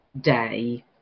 day